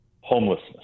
homelessness